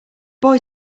boy